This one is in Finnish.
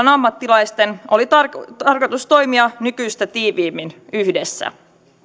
ammattilaisten oli tarkoitus tarkoitus toimia nykyistä tiiviimmin yhdessä